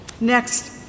Next